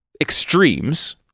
extremes